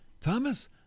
Thomas